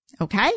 Okay